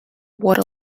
water